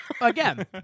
Again